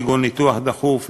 כגון ניתוח דחוף,